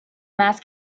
mass